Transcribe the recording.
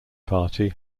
party